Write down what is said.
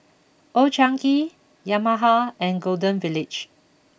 Old Chang Kee Yamaha and Golden Village